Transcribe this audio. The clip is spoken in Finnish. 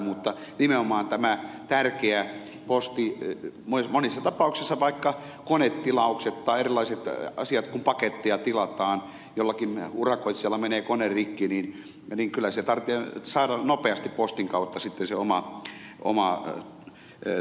mutta nimenomaan tä mä tärkeä posti monissa tapauksissa vaikka konetilaukset tai erilaiset asiat kun pakettia tilataan jollakin urakoitsijalla menee kone rikki niin kyllä sen tarvitsee saada nopeasti sitten postin kautta se työvälineensä sinne